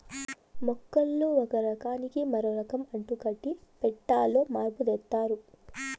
మొక్కల్లో ఒక రకానికి మరో రకం అంటుకట్టి పెట్టాలో మార్పు తెత్తారు